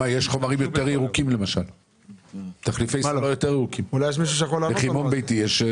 יש תחליפי סולר יותר ירוקים מסולר לחימום ביתי.